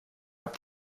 habt